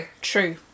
true